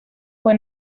fue